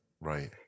right